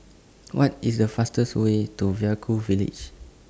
What IS The fastest Way to Vaiaku Village